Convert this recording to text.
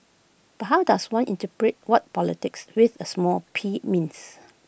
but how does one interpret what politics with A small P means